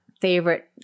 favorite